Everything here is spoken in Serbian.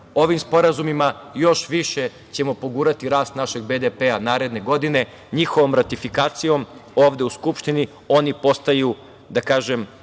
ovim sporazumima još više ćemo pogurati rast našeg BDP-a naredne godine, njihovom ratifikacijom ovde u Skupštini oni postaju mogući